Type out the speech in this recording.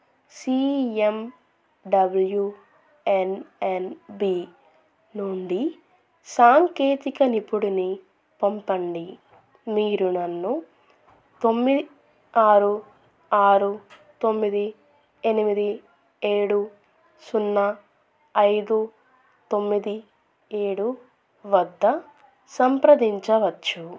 see M W N N B నుండి సాంకేతిక నిపుణుడిని పంపండి మీరు నన్ను తొమ్మిది ఆరు ఆరు తొమ్మిది ఎనిమిది ఏడు సున్నా ఐదు తొమ్మిది ఏడు వద్ద సంప్రదించవచ్చు